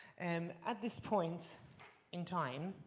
and at this point in time,